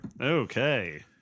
Okay